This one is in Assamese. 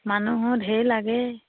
মানুহো ধেৰ লাগে